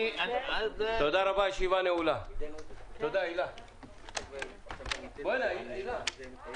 הישיבה ננעלה בשעה 10:55.